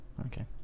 okay